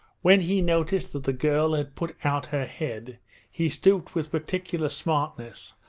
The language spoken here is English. when he noticed that the girl had put out her head he stooped with particular smartness,